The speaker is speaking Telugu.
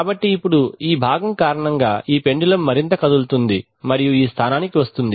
కాబట్టి ఇప్పుడు ఈ భాగం కారణంగా ఈ పెండులమ్ మరింత కదులుతుంది మరియు ఈ స్థానానికి వస్తుంది